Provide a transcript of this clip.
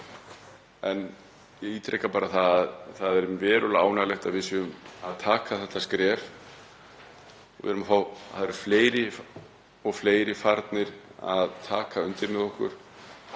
en ég ítreka að það er verulega ánægjulegt að við séum að stíga þetta skref. Það eru fleiri og fleiri farnir að taka undir með okkur